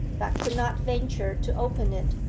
but could not venture to open it,